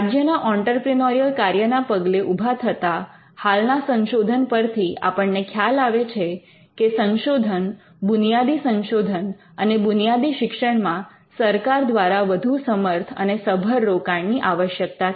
રાજ્યના ઑંટરપ્રિનોરિયલ કાર્યના પગલે ઉભા થતા હાલના સંશોધન પરથી આપણને ખ્યાલ આવે છે કે સંશોધન બુનિયાદી સંશોધન અને બુનિયાદી શિક્ષણમાં સરકાર દ્વારા વધુ સમર્થ અને સભર રોકાણની આવશ્યકતા છે